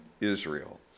Israel